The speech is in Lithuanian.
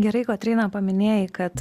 gerai kotryna paminėjai kad